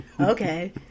Okay